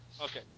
Okay